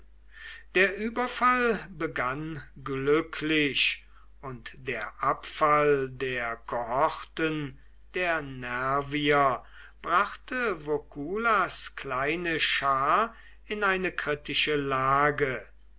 der überfall begann glücklich und der abfall der kohorten der nervier brachte voculas kleine schar in eine kritische lage